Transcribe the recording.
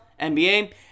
NBA